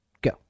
Go